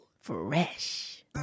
fresh